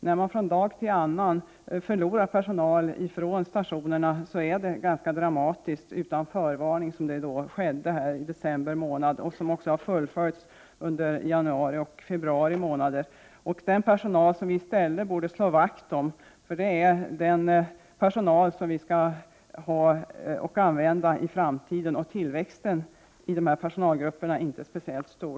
När man från dag till annan utan förvarning förlorar personal, är det ganska dramatiskt, som skedde i december och som fullföljts under januari och februari. Den personalen borde vi i stället slå vakt om, för det är den personalen som vi skulle använda i framtiden, och tillväxten i de här personalgrupperna är inte speciellt stor.